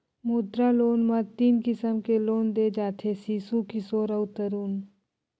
मुद्रा लोन म तीन किसम ले लोन दे जाथे सिसु, किसोर अउ तरून